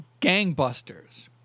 gangbusters